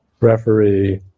referee